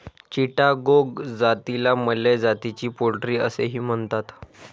चिटागोंग जातीला मलय जातीची पोल्ट्री असेही म्हणतात